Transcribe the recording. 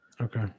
Okay